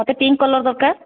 ମୋତେ pink colour ଦରକାର